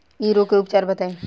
इ रोग के उपचार बताई?